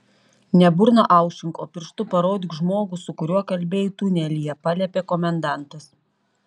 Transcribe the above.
ne burną aušink o pirštu parodyk žmogų su kuriuo kalbėjai tunelyje paliepė komendantas